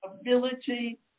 ability